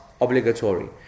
obligatory